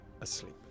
asleep